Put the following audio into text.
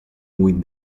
with